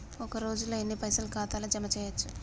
ఒక రోజుల ఎన్ని పైసల్ ఖాతా ల జమ చేయచ్చు?